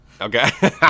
Okay